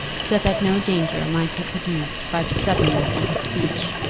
so that no danger might be produced by the suddenness of his speech.